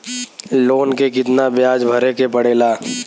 Loan के कितना ब्याज भरे के पड़े ला?